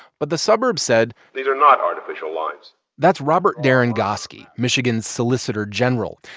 but the suburbs said. these are not artificial lines that's robert derengoski, michigan's solicitor general.